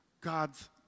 God's